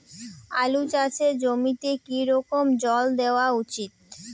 আলু চাষের জমিতে কি রকম জল দেওয়া উচিৎ?